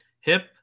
hip